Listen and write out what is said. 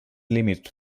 límits